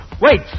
Wait